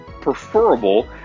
preferable